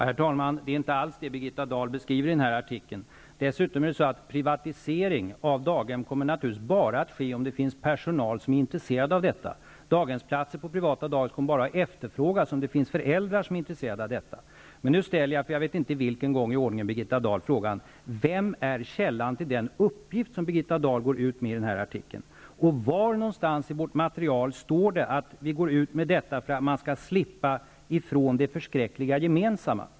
Herr talman! Det är inte alls det som Birgitta Dahl beskriver i artikeln. Dessutom vill jag säga att privatisering av daghem naturligtvis bara kommer att ske om det finns per sonal som är intresserad av detta. Daghemsplatser på privata dagis kommer bara att efterfrågas om det finns föräldrar som är intresserade av detta. Nu frågar jag Birgitta Dahl för jag vet inte vilken gång i ordningen: Vem är källan till den uppgift som Birgitta Dahl går ut med i sin artikel? Och var någonstans i vårt material står det att vi går ut med detta för att man skall ''slippa ifrån det för skräckliga gemensamma''?